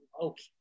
okay